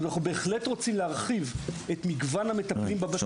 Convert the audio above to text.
אנחנו בהחלט רוצים להרחיב את מגוון המטפלים בבתים.